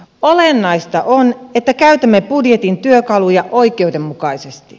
olennaista on että käytämme budjetin työkaluja oikeudenmukaisesti